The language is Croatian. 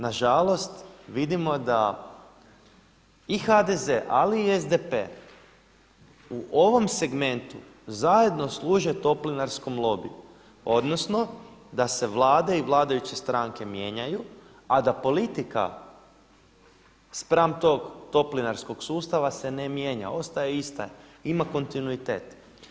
Na žalost vidimo da i HDZ ali i SDP u ovom segmentu zajedno služe toplinarskom lobiu, odnosno da se Vlade i vladajuće stranke mijenjaju, a da politika spram tog toplinarskog sustava se ne mijenja, ostaje ista, ima kontinuitet.